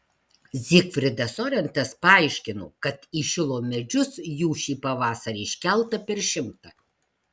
zygfridas orentas paaiškino kad į šilo medžius jų šį pavasarį iškelta per šimtą